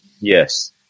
Yes